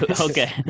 Okay